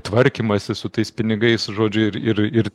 tvarkymąsi su tais pinigais žodžiu ir ir ir